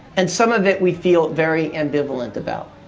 and some of it, we feel very ambivalent about.